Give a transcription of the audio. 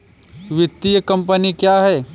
वित्तीय कम्पनी क्या है?